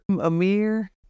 Amir